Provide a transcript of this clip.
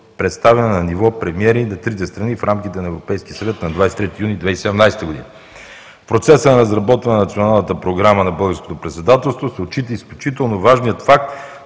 представяне на ниво премиери на трите страни в рамките на Европейския съвет на 23 юни 2017 г. В процеса на разработване на Националната програма на българското председателство се отчита изключително важният факт,